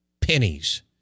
pennies